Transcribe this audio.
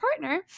partner